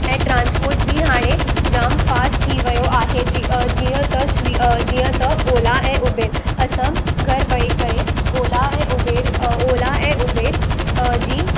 ऐं ट्रांस्पोर्ट बि हाणे जाम फास्ट थी वियो आहे जी जीअं त जीअं ओला ऐं उबेर असां घरु वेही करे ओला ऐं उबेर ओला ऐं उबेर जी